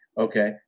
Okay